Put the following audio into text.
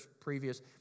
previous